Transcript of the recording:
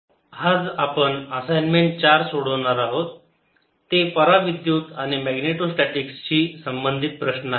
problems 1 5 आज आपण assignment चार सोडणार आहोत ते पराविद्युत आणि मॅग्नेटोस्टॅटिकस शी संबंधित प्रश्न आहेत